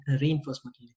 reinforcement